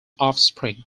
offspring